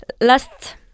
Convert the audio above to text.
Last